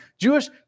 Jewish